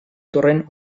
torrent